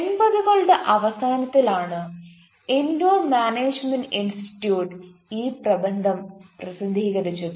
എൺപതുകളുടെ അവസാനത്തിലാണ് Indore management institute ഈ പ്രബന്ധം പ്രസിദ്ധീകരിച്ചത്